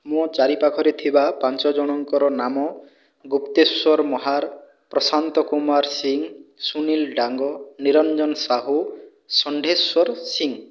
ମୋ' ଚାରି ପାଖରେ ଥିବା ପାଞ୍ଚ ଜଣଙ୍କର ନାମ ଗୁପ୍ତେଶ୍ୱର ମହାର ପ୍ରଶାନ୍ତ କୁମାର ସିଂହ ସୁନୀଲ ଡାଙ୍ଗ ନିରଞ୍ଜନ ସାହୁ ଶଣ୍ଢେଶ୍ଵର ସିଂହ